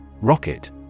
Rocket